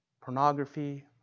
pornography